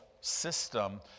system